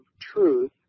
truth